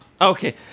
Okay